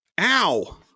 ow